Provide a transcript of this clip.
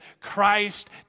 Christ